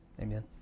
amen